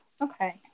Okay